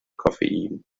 koffein